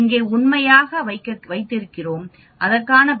இங்கே உண்மையாக வைத்திருக்கிறோம் அதற்கான பதிலை 26